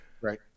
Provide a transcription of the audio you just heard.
Right